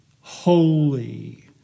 holy